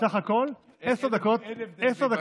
בסך הכול עשר דקות נימוק.